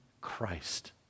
Christ